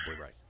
right